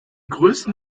größten